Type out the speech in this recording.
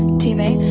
team a.